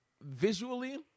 visually